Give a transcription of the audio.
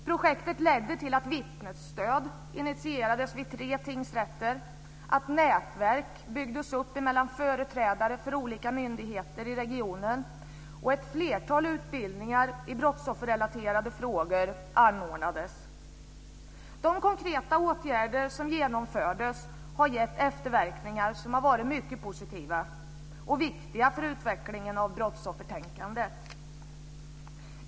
Projektet ledde till att vittnesstöd initierades vid tre tingsrätter, att nätverk byggdes upp mellan företrädare för olika myndigheter i regionen och att ett flertal utbildningar i brottsofferrelaterade frågor anordnades. De konkreta åtgärder som genomfördes har gett efterverkningar som har varit mycket positiva och viktiga för utvecklingen av brottsoffertänkandet.